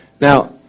Now